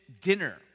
dinner